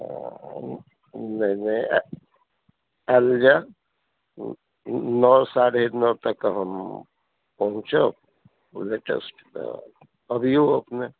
नहि नहि आयल जाउ नओ साढ़े नओ तक हम पहुँचब लेटेस्ट तऽ अबिऔ अपने